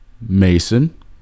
Mason